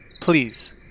Please